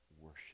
worship